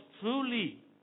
truly